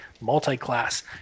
multi-class